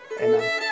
amen